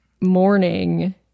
morning